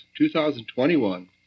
2021